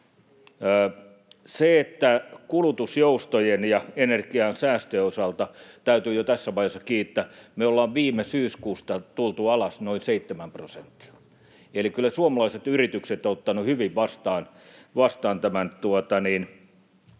Kulutusjoustojen ja energiansäästöjen osalta täytyy jo tässä vaiheessa kiittää: me ollaan viime syyskuusta tultu alas noin seitsemän prosenttia, eli kyllä suomalaiset yritykset ovat ottaneet hyvin vastaan tämän viestin